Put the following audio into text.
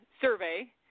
survey